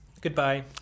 Goodbye